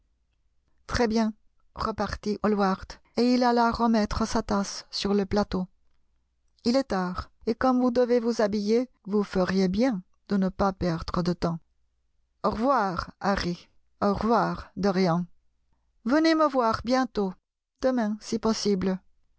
très bien repartit hallvvard et il alla remettre sa tasse sur le plateau il est tard et comme vous devez vous habiller vous feriez bien de ne pas perdre de temps au revoir ilarry au revoir dorian venez me voir bientôt demain si possible